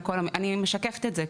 אני משככת את זה,